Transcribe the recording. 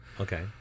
Okay